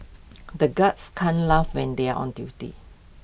the guards can't laugh when they are on duty